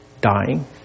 dying